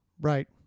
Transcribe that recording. Right